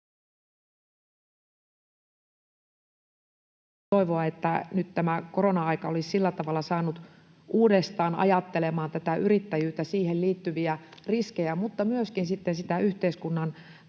toivoa, että nyt korona-aika olisi sillä tavalla saanut uudestaan ajattelemaan tätä yrittäjyyttä, siihen liittyviä riskejä, mutta myöskin sitten sitä yhteiskunnan